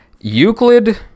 Euclid